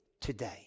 today